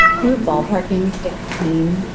we're ballparking sixteen.